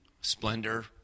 splendor